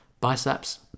biceps